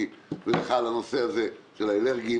ולאדוני היושב-ראש על הנושא הזה של האלרגים